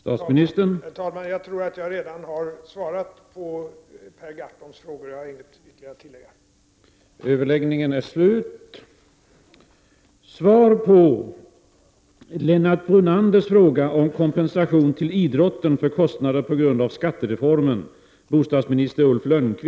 Herr talman! Jag tycker att jag redan har svarat på Per Gahrtons fråga. Jag har inget ytterligare att tillägga.